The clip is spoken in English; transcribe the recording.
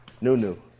new-new